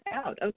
out